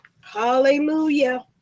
Hallelujah